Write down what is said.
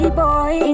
boy